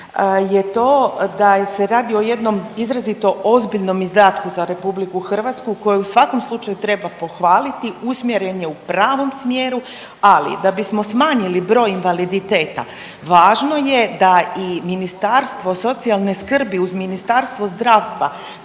je to da se radi o jednom izrazito ozbiljnom izdatku za RH koji u svakom slučaju treba pohvaliti, usmjeren je u pravom smjeru, ali da bismo smanjili broj invaliditeta važno je da i Ministarstvo socijalne skrbi uz Ministarstvo zdravstva